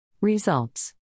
Results